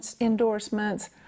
endorsements